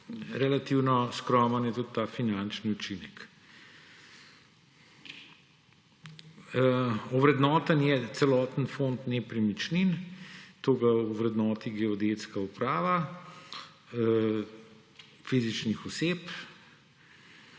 relativno skromen je tudi ta finančni učinek. Ovrednoten je celoten fond nepremičnin. To ga ovrednoti Geodetska uprava fizičnih oseb.